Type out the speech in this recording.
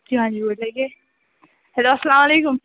hello اَسلامُ عَلیکُم